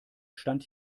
stand